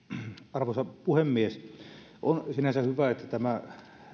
arvoisa puhemies on sinänsä hyvä että tämä